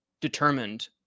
determined